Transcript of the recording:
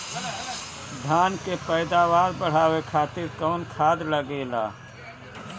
धान के पैदावार बढ़ावे खातिर कौन खाद लागेला?